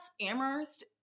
Amherst